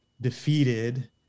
defeated